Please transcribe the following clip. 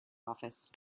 office